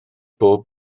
bob